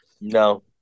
No